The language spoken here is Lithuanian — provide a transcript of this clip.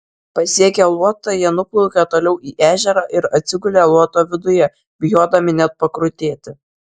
pasiekę luotą jie nuplaukė toliau į ežerą ir atsigulė luoto viduje bijodami net pakrutėti